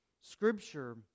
scripture